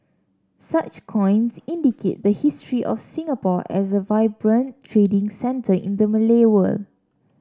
such coins indicate the history of Singapore as a vibrant trading centre in the Malay world